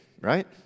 right